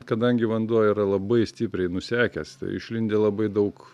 kadangi vanduo yra labai stipriai nusekęs tai išlindę labai daug